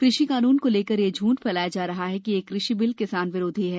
कृषि कानून को लेकर यह झूठ फैलाया जा रहा है कि यह कृषि बिल किसान विरोधी है